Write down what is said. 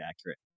accurate